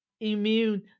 immune